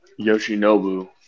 Yoshinobu